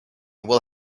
will